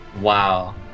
Wow